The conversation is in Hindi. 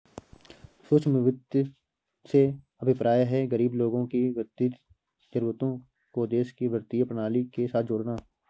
सूक्ष्म वित्त से अभिप्राय है, गरीब लोगों की वित्तीय जरूरतों को देश की वित्तीय प्रणाली के साथ जोड़ना